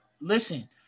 Listen